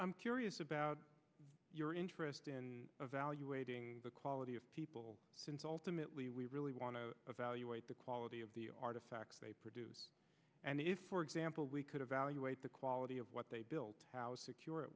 i'm curious about your interest in evaluating the quality of people since ultimately we really want to evaluate the quality of the artifacts they produce and if for example we could evaluate the quality of what they built how secure it